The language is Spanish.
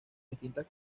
distintas